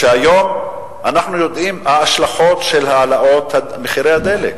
שהיום אנחנו יודעים מה ההשלכות של עליית מחירי הדלק?